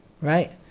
right